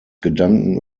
gedanken